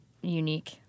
unique